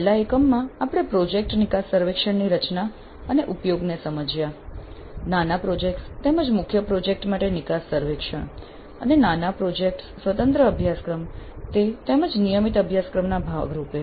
છેલ્લા એકમમાં આપણે પ્રોજેક્ટ નિકાસ સર્વેક્ષણની રચના અને ઉપયોગને સમજ્યા નાના પ્રોજેક્ટ્સ તેમજ મુખ્ય પ્રોજેક્ટ માટે નિકાસ સર્વેક્ષણ અને નાના પ્રોજેક્ટ્સ સ્વતંત્ર અભ્યાસક્રમ તે તેમજ નિયમિત અભ્યાસક્રમના ભાગરૂપે